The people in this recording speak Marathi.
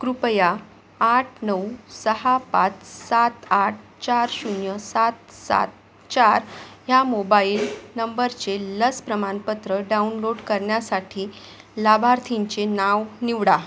कृपया आठ नऊ सहा पाच सात आठ चार शून्य सात सात चार ह्या मोबाईल नंबरचे लस प्रमाणपत्र डाउनलोड करण्यासाठी लाभार्थींचे नाव निवडा